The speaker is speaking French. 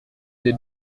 des